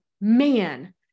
man